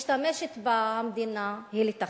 שמשתמשת בה המדינה היא לתכנן,